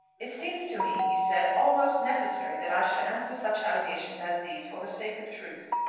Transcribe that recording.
it seems to me, he said, almost necessary that i should answer such allegations as these for the sake of truth.